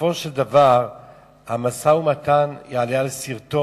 שבסופו של דבר המשא-ומתן יעלה על שרטון,